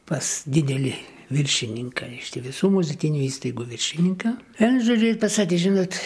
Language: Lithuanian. pas didelį viršininką reiškia visų muzikinių įstaigų viršininką ten žodžiu ir pasakė žinot